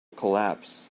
collapse